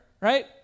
right